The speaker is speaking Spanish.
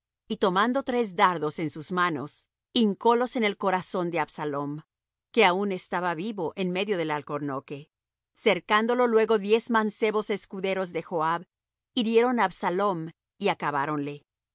y tomando tres dardos en sus manos hincólos en el corazón de absalom que aun estaba vivo en medio del alcornoque cercándolo luego diez mancebos escuderos de joab hirieron á absalom y acabáronle